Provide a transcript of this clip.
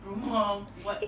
rumah buat